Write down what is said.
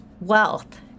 wealth